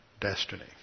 destiny